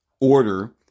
order